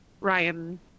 Ryan